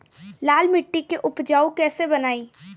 लाल मिट्टी के उपजाऊ कैसे बनाई?